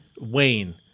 Wayne